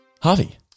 Harvey